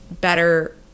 better